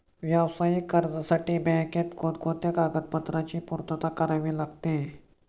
व्यावसायिक कर्जासाठी बँकेत कोणकोणत्या कागदपत्रांची पूर्तता करावी लागते?